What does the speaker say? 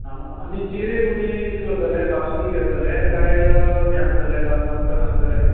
आं आनी चिरे तुमी कितें करतले तासून घेतले कांय हे आसतले तास नासतना आसतले